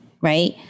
Right